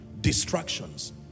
Distractions